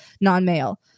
non-male